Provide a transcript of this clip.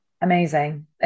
Amazing